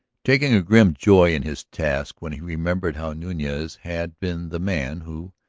taking a grim joy in his task when he remembered how nunez had been the man who,